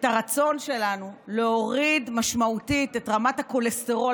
את הרצון שלנו להוריד משמעותית את רמת הכולסטרול,